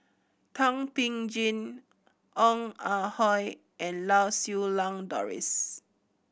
Thum Ping Tjin Ong Ah Hoi and Lau Siew Lang Doris